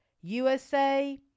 USA